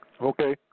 Okay